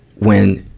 when,